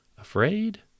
Afraid